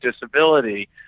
disability